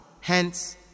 Hence